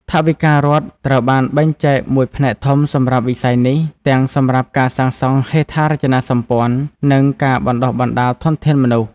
ថវិការដ្ឋត្រូវបានបែងចែកមួយផ្នែកធំសម្រាប់វិស័យនេះ ទាំងសម្រាប់ការសាងសង់ហេដ្ឋារចនាសម្ព័ន្ធ និងការបណ្ដុះបណ្ដាលធនធានមនុស្ស។